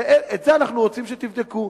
ואת זה אנחנו רוצים שתבדקו.